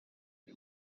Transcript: sua